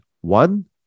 One